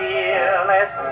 Fearless